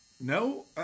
No